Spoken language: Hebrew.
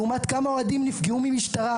לעומת כמה אוהדים נפגעו משטרה.